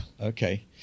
Okay